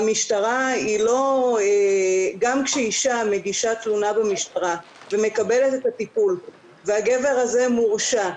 גם כשאישה מגישה תלונה במשטרה והיא מקבלת את הטיפול והגבר הזה מורשע,